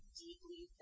deeply